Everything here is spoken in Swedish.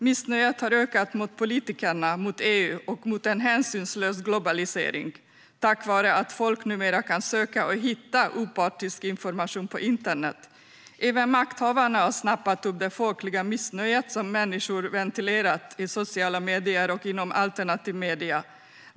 Missnöjet har ökat med politikerna, med EU och med en hänsynslös globalisering tack vare att folk numera kan söka och hitta opartisk information på internet. Även makthavarna har snappat upp det folkliga missnöjet som människor har ventilerat i sociala medier och inom alternativa medier.